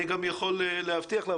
אני גם יכול להבטיח לך,